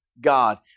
God